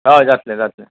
हय जातले जातले